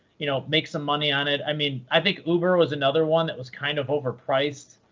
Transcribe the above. you know make some money on it. i mean, i think uber was another one that was kind of overpriced